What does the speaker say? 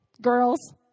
girls